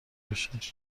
باشد